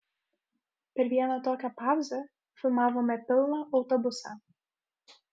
per vieną tokią pauzę filmavome pilną autobusą